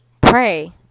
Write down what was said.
Pray